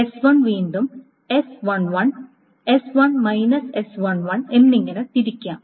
S1 വീണ്ടും S11 എന്നിങ്ങനെ തിരിക്കാം